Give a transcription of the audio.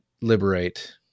liberate